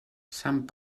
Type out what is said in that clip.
sant